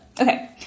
Okay